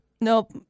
Nope